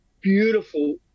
beautiful